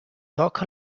talk